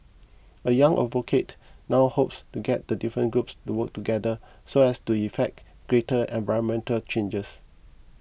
a young advocate now hopes to get the different groups to work together so as to effect greater environmental changes